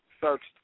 Searched